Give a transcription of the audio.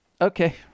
Okay